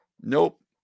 Nope